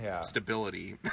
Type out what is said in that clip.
stability